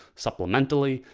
supplementally,